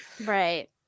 Right